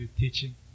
Teaching